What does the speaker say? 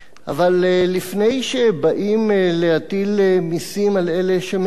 אבל לפני שבאים להטיל מסים על אלה שמשלמים,